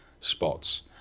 spots